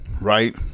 right